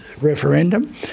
referendum